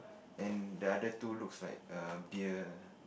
and the other two looks like err beer